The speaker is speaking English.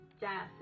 death